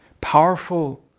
powerful